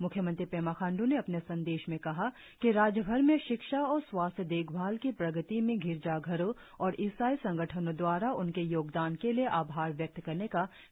मुख्यमंत्री पेमा खांड़ ने अपने संदेश मे कहा कि राज्यभर मे शिक्षा और स्वास्थ्य देखभाल की प्रगति मे गिरजा घरों और ईसाई संगठनो दवारा उनके योगदान के लिए आभार व्यक्त करने का क्रिसमस सबसे अच्छा दिन है